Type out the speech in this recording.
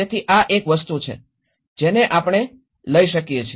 તેથી આ એક વસ્તુ છે જેને આપણે લઈ જઈએ છીએ